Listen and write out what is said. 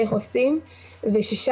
איך עושים וששם